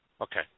Okay